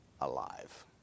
alive